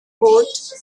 port